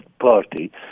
party